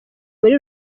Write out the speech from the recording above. muri